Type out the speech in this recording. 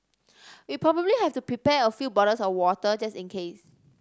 we probably have to prepare a few bottles of water just in case